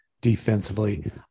defensively